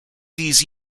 these